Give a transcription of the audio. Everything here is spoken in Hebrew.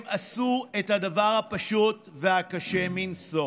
הם עשו את הדבר הפשוט והקשה מנשוא: